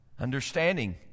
Understanding